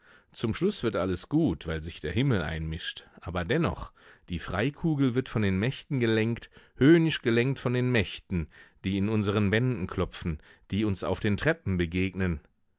zum schluß wird alles gut weil sich der himmel einmischt aber dennoch die freikugel wird von den mächten gelenkt höhnisch gelenkt von den mächten die in unseren wänden klopfen die uns auf den treppen begegnen